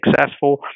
successful